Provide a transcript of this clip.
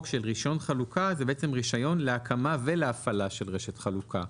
של רישיון חלוקה זה רישיון להקמה ולהפעלה של רשת חלוקה.